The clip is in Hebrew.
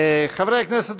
חברי הכנסת,